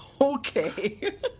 Okay